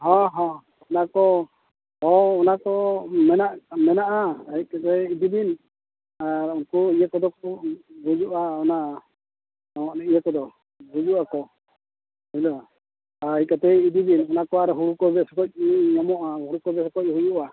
ᱦᱚᱸ ᱦᱚᱸ ᱚᱱᱟ ᱠᱚ ᱦᱳᱭ ᱚᱱᱟ ᱠᱚ ᱢᱮᱱᱟᱜ ᱢᱮᱱᱟᱜᱼᱟ ᱦᱮᱡ ᱠᱟᱛᱮᱫ ᱤᱫᱤ ᱵᱮᱱ ᱟᱨ ᱩᱱᱠᱩ ᱤᱭᱟᱹ ᱠᱚᱫᱚ ᱠᱚ ᱜᱩᱡᱩᱜᱼᱟ ᱚᱱᱟ ᱦᱚᱸ ᱚᱱᱮ ᱤᱭᱟᱹ ᱠᱚᱫᱚ ᱜᱩᱡᱩᱜ ᱟᱠᱚ ᱤᱱᱟᱹ ᱟᱨ ᱦᱮᱡ ᱠᱟᱛᱮᱫ ᱤᱫᱤ ᱵᱮᱱ ᱚᱱᱟ ᱠᱚ ᱟᱨ ᱦᱩᱲᱩ ᱠᱚ ᱵᱮᱥᱠᱚᱡ ᱧᱟᱢᱚᱜᱼᱟ ᱦᱩᱲᱩ ᱠᱚ ᱵᱮᱥᱠᱚᱡ ᱦᱩᱭᱩᱜᱼᱟ